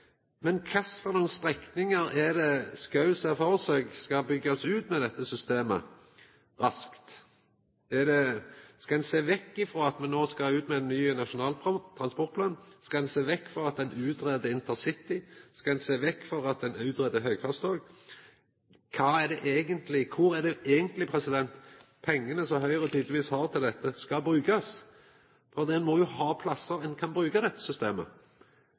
Men kva for strekningar ser Schou for seg skal byggjast raskt ut med dette systemet? Skal ein sjå vekk frå at me no skal ut med ein ny nasjonal transportplan, skal ein sjå vekk frå at ein greier ut intercity, skal ein sjå vekk frå at ein greier ut høgfartstog? Kor er det eigentleg pengane som Høgre tydelegvis har til dette, skal brukast? Ein må jo ha plassar ein kan